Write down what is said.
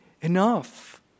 enough